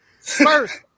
First